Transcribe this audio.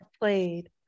played